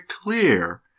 clear